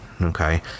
Okay